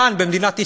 כאן, במדינת ישראל,